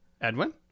Edwin